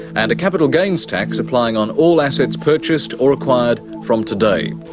and a capital gains tax applying on all assets purchased or acquired from today.